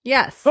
Yes